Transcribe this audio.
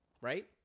right